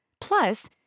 Plus